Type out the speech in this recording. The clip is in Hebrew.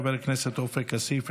חבר הכנסת עופר כסיף,